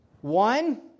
One